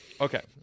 Okay